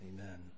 amen